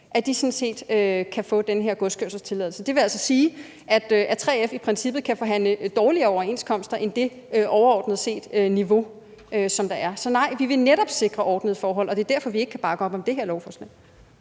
3F, sådan set kan få den her godskørselstilladelse. Det vil altså sige, at 3F i princippet kan forhandle dårligere overenskomster end det overordnede niveau, som der er. Så nej, vi vil netop sikre ordnede forhold, og det er derfor, vi ikke kan bakke op om det her lovforslag.